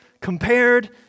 compared